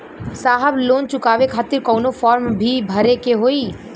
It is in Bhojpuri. साहब लोन चुकावे खातिर कवनो फार्म भी भरे के होइ?